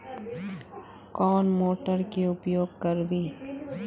कौन मोटर के उपयोग करवे?